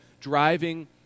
driving